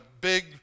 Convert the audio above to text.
big